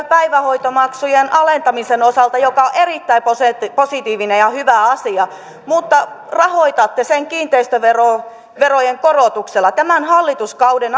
päivähoitomaksujen alentamisen osalta joka on erittäin positiivinen ja hyvä asia mutta rahoitatte sen kiinteistöverojen korotuksella tämän hallituskauden